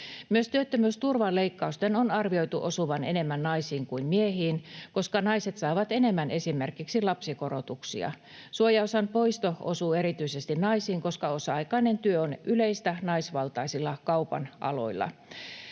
Myös työttömyysturvan leikkausten on arvioitu osuvan enemmän naisiin kuin miehiin, koska naiset saavat enemmän esimerkiksi lapsikorotuksia. Suojaosan poisto osuu erityisesti naisiin, koska osa-aikainen työ on yleistä naisvaltaisilla kaupan aloilla.